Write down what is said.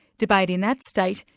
debate in that state,